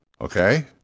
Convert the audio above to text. Okay